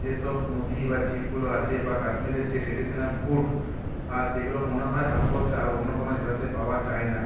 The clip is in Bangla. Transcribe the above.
যে সব নদী বা ঝিলগুলো আছে বা কাশ্মীরের যে ট্রেডিশানাল ফুড আর সেগুলো মনে হয় ভারতবর্ষে আর অন্য কোনো জেলাতে পাওয়া যায় না